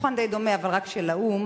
דוכן די דומה אבל רק של האו"ם,